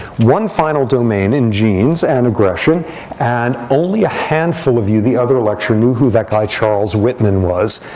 one final domain in genes and aggression and only a handful of you the other lecture knew who that guy charles whitman was,